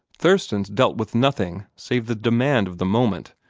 thurston's dealt with nothing save the demand of the moment,